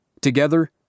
Together